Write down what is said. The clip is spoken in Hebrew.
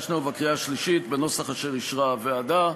השנייה ובקריאה השלישית בנוסח אשר אישרה הוועדה.